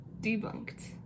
debunked